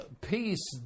peace